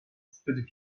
zbyt